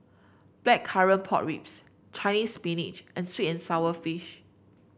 Blackcurrant Pork Ribs Chinese Spinach and sweet and sour fish